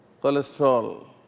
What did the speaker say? cholesterol